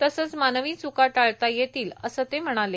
तसंच मानवी च्का टाळता येतील असं ते म्हणाले